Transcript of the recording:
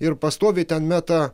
ir pastoviai ten meta